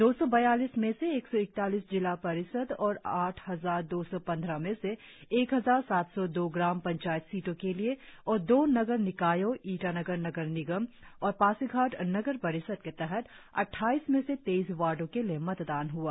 दो सौ बयालीस में से एक सौ इकतालीस जिला परिषद और आठ हजार दो सौ पंद्रह में से एक हजार सात सौ दो ग्राम पंचायत सीटों के लिए और दो नगर निकायो ईटानगर नगर निगम और पासीघाट नगर परिषद के तहत अट्ठाइस में से तेईस वार्डो के लिए मतदान हआ